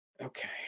Okay